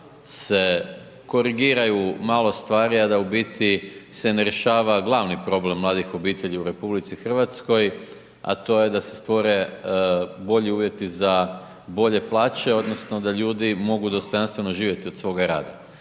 se korigiraju u malo stvari a da u biti se ne rješava glavni problem mladih obitelji u RH a to je da se stvore bolji uvjeti za bolje plaće odnosno da ljudi mogu dostojanstveno živjeti od svoga rada.